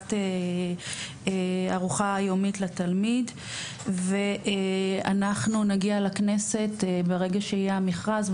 לאספקת ארוחה יומית לתלמיד ואנחנו נגיע לכנסת ברגע שיהיה המכרז.